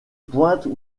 pointes